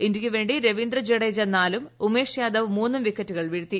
ഇന്ത്യക്കുവേ ി രവീന്ദ്ര ജഡേജ നാലും ഉമേഷ് യാദവ് മൂന്നും വിക്കറ്റുകൾ വീഴ്ത്തി